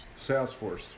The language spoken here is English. Salesforce